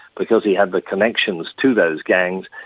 because he had the connections to those gangs,